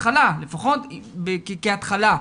כהתחלה לפחות,